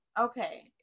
okay